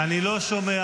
אני לא שומע.